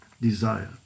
desire